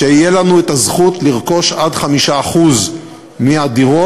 שתהיה לנו הזכות לרכוש עד 5% מהדירות,